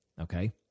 Okay